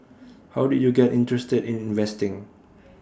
how did you get interested in investing